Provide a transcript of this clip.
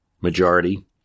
majority